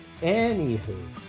anywho